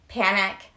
panic